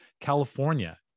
California